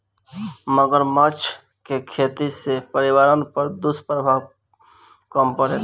मगरमच्छ के खेती से पर्यावरण पर दुष्प्रभाव कम पड़ेला